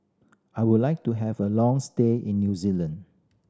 I would like to have a long stay in New Zealand